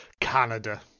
Canada